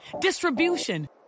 distribution